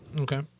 Okay